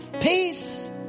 Peace